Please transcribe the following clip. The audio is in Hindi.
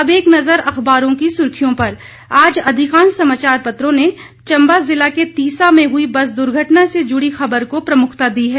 अब एक नजर अखबारों की सुर्खियों पर आज अधिकांश समाचार पत्रों ने चंबा जिला के तीसा में हुई बस दुर्घटना से जुड़ी खबर को प्रमुखता दी है